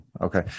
Okay